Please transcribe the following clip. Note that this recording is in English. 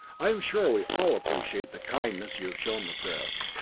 i am sure we all appreciate the kindness you have shown the press.